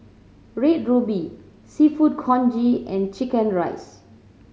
Red Ruby Seafood Congee and chicken rice